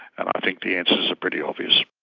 and i think the answers are pretty obvious.